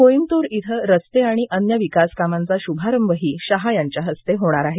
कोईमतूर इथं रस्ते आणि अन्य विकासकामांचा शुभारंभही शहा यांच्या हस्ते होणार आहे